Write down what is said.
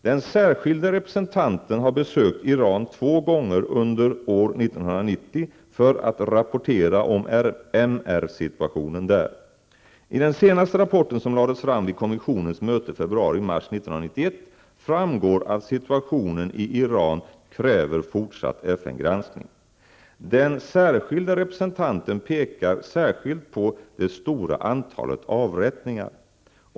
Den särskilde representanten har besökt Iran två gånger under år 1990 för att rapportera om MR situationen där. Av den senaste rapporten som lades fram vid kommissionens möte februari--mars 1991 framgår att situationen i Iran kräver fortsatt FN-granskning. Den särskilde representanten pekar särskilt på det stora antalet avrättningar.